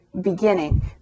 beginning